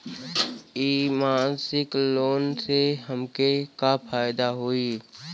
इ मासिक लोन से हमके का फायदा होई?